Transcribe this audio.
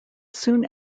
soon